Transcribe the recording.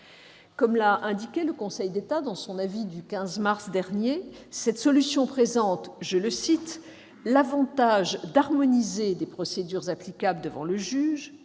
Comme l'a indiqué le Conseil d'État dans son avis du 15 mars dernier, cette solution présente « l'avantage d'harmoniser les procédures applicables devant le juge,